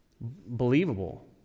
believable